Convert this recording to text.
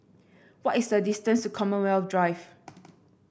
what is the distance to Commonwealth Drive